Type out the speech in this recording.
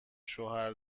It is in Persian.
شوهر